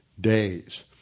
days